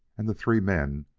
and the three men,